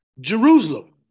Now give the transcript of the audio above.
Jerusalem